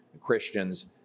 Christians